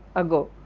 ago,